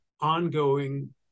ongoing